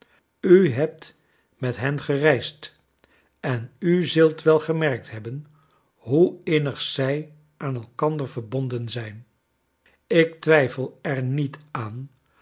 u hebt met hen gereisd en u zult wel gemerkt hebben hoe innig zij aan elkander verbonden zijn ik twijfel er niet aan